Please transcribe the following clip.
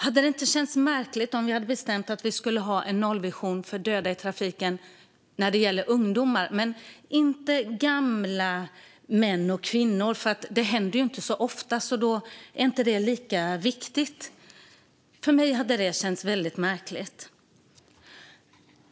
Hade det inte känts märkligt om vi hade bestämt att vi skulle ha en nollvision för döda i trafiken när det gäller ungdomar men inte när det gäller gamla, män och kvinnor - för det händer inte så ofta, så det är inte lika viktigt? För mig hade det känts väldigt märkligt.